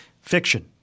Fiction